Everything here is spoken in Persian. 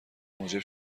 موجب